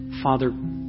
Father